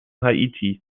haiti